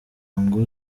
ngo